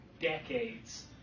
decades